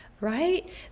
Right